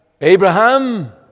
Abraham